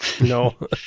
No